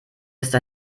ist